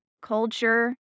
Culture